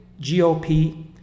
GOP